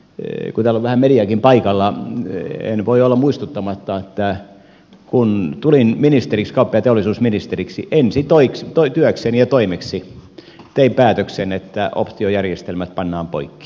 kun täällä on vähän mediaakin paikalla en voi olla muistuttamatta että kun tulin kauppa ja teollisuusministeriksi ensityökseni ja toimeksi tein päätöksen että optiojärjestelmät pannaan poikki